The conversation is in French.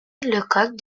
lecoq